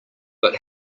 but